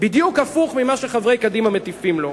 בדיוק הפוך ממה שחברי קדימה מטיפים לו.